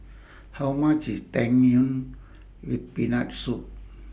How much IS Tang Yuen with Peanut Soup